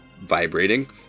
vibrating